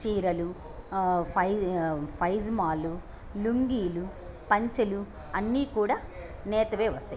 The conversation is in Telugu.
చీరలు పైజామాలు లుంగీలు పంచలు అన్నీ కూడా నేతవే వస్తాయ్